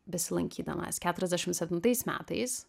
besilankydamas keturiasdešim septintais metais